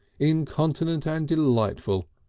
incontinent and delightful,